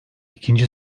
ikinci